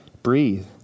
Breathe